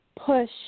push